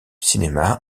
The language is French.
cinéma